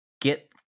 get